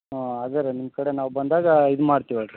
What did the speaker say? ಹಾಂ ಹಾಗರೆ ನಿಮ್ಮ ಕಡೆ ನಾವು ಬಂದಾಗ ಇದು ಮಾಡ್ತಿವೇಳ್ರಿ